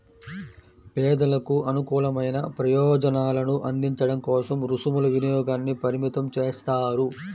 పేదలకు అనుకూలమైన ప్రయోజనాలను అందించడం కోసం రుసుముల వినియోగాన్ని పరిమితం చేస్తారు